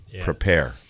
prepare